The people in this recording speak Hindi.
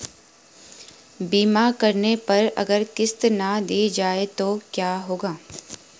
बीमा करने पर अगर किश्त ना दी जाये तो क्या होगा?